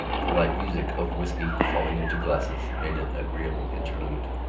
the light music of whisky falling into glasses made an agreeable interlude.